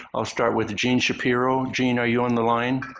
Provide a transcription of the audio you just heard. i'll start with eugene shapiro. eugene, are you on the line?